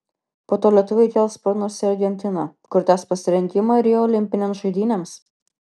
po to lietuviai kels sparnus į argentiną kur tęs pasirengimą rio olimpinėms žaidynėms